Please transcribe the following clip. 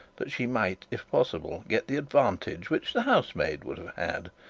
that she might, if possible, get the advantage which the housemaid would have had,